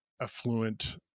Affluent